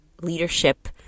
leadership